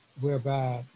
whereby